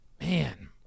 man